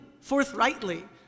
forthrightly